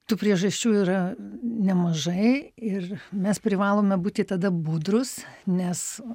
tų priežasčių yra nemažai ir mes privalome būti tada budrūs nes